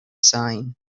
sain